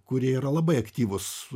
kurie yra labai aktyvūs